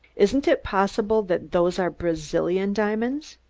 isn't it possible that those are brazilian diamonds?